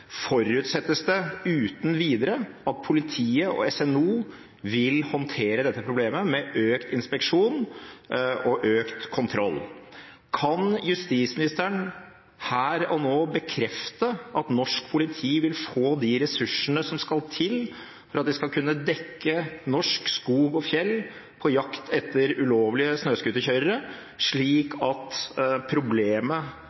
forutsettes det uten videre at politiet og SNO vil håndtere dette problemet med økt inspeksjon og økt kontroll. Kan justisministeren her og nå bekrefte at norsk politi vil få de ressursene som skal til for at de skal kunne dekke norsk skog og fjell på jakt etter ulovlige snøscooterkjørere, slik at